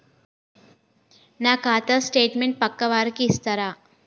నా ఖాతా స్టేట్మెంట్ పక్కా వారికి ఇస్తరా?